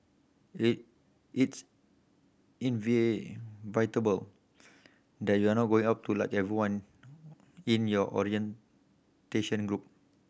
it it's inevitable that you're not going up to like everyone in your orientation group